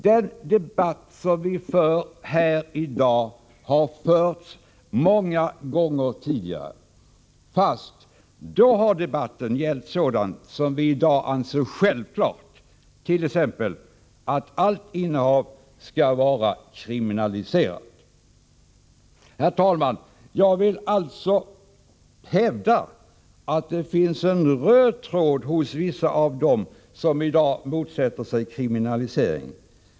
Den debatt som vi för här i dag har förts många gånger tidigare, fast då har debatten gällt sådant som vi nu anser självklart, t.ex. att allt innehav skall vara kriminaliserat. Herr talman! Jag vill alltså hävda att det finns en röd tråd hos vissa av dem som i dag motsätter sig kriminalisering.